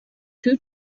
two